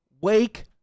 Wake